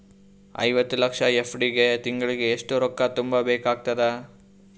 ಐವತ್ತು ಲಕ್ಷ ಎಫ್.ಡಿ ಗೆ ತಿಂಗಳಿಗೆ ಎಷ್ಟು ರೊಕ್ಕ ತುಂಬಾ ಬೇಕಾಗತದ?